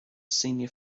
senior